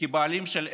כבעלים של עסק.